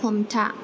हमथा